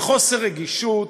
בחוסר רגישות